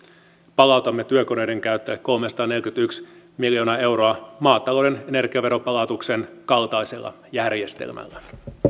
palautamme työkoneiden käyttäjille kolmesataaneljäkymmentäyksi miljoonaa euroa maatalouden energiaveropalautuksen kaltaisella järjestelmällä